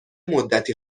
مدتی